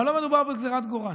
אבל לא מדובר בגזרת גורל,